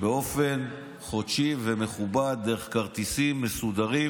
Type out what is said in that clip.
באופן חודשי ומכובד, דרך כרטיסים מסודרים